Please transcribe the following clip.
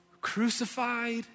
Crucified